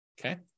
Okay